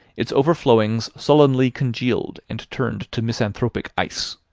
its overflowings sullenly congealed, and turned to misanthropic ice.